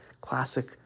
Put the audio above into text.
classic